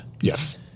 Yes